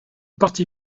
parti